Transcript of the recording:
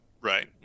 Right